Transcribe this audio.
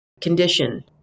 condition